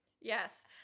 Yes